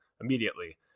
immediately